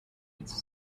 its